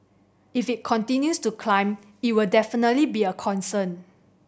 if it continues to climb it will definitely be a concern